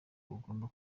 agomba